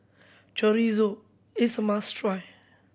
Chorizo is a must try